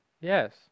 Yes